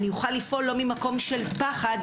אני אוכל לפעול לא ממקום של פחד,